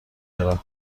دارن